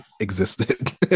existed